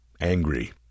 angry